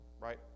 right